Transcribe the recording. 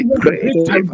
great